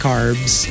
Carbs